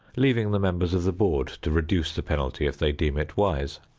leaving the members of the board to reduce the penalty if they deem it wise.